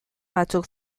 batzuk